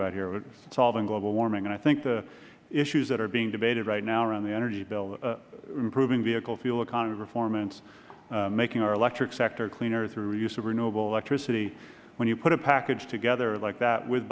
about here solving global warming i think the issues that are being debated right now on the energy bill improving vehicle fuel economy performance making our electric sector cleaner through use of renewable electricity when you put a package together like that with